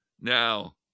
Now